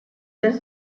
tres